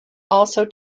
also